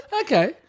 Okay